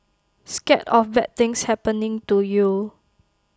scared of bad things happening to you